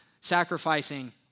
sacrificing